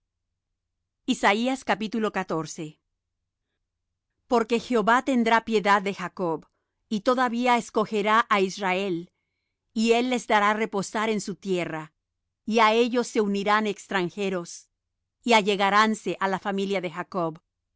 porque jehová tendrá piedad de jacob y todavía escogerá á israel y les hará reposar en su tierra y á ellos se unirán extranjeros y allegaránse á la familia de jacob